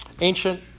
Ancient